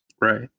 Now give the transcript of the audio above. Right